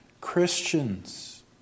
Christians